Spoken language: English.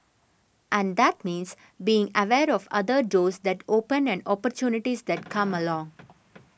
and that means being aware of other doors that open and opportunities that come along